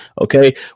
okay